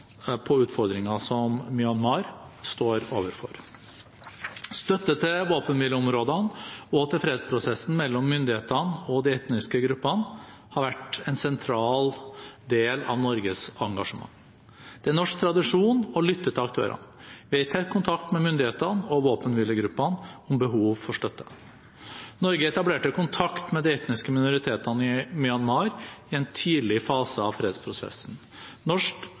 på utfordringer som Myanmar står overfor. Støtte til våpenhvileområdene og til fredsprosessen mellom myndighetene og de etniske gruppene har vært en sentral del av Norges engasjement. Det er norsk tradisjon å lytte til aktørene. Vi er i tett kontakt med myndighetene og våpenhvilegruppene om behov for støtte. Norge etablerte kontakt med de etniske minoritetene i Myanmar i en tidlig fase av fredsprosessen. Norsk